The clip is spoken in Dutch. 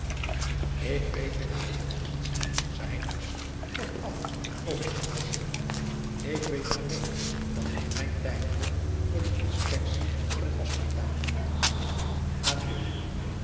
ik weet in t geheel niets zei hij norsch kortaf en boos ik weet alleen dat het mijn tijd wordt voor de inspectie in het hospitaal adieu